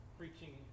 preaching